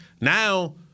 now